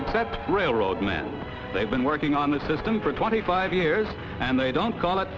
except railroad man they've been working on the system for twenty five years and they don't call it